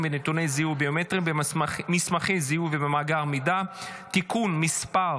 ונתוני זיהוי ביומטריים במסמכי זיהוי ובמאגר מידע (תיקון מס'